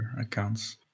accounts